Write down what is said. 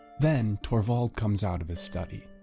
then torvald comes out of his study.